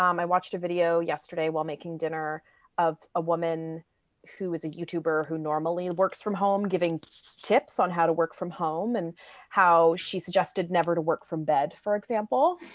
um i watched a video yesterday while making dinner of a woman who was a youtuber who normally works from home giving tips on how to work from home, and how she suggested never to work from bed, for example.